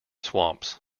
swamps